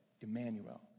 Emmanuel